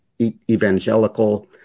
evangelical